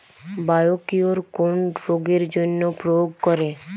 Biocure কোন রোগেরজন্য প্রয়োগ করে?